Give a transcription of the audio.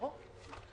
ברור.